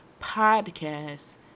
podcast